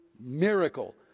miracle